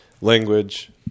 language